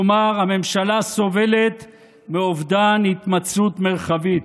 כלומר, הממשלה סובלת מאובדן התמצאות מרחבית.